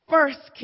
First